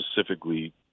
specifically